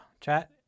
chat